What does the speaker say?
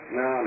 no